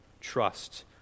trust